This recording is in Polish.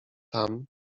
tam